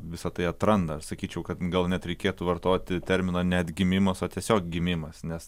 visą tai atranda sakyčiau kad gal net reikėtų vartoti terminą ne atgimimas o tiesiog gimimas nes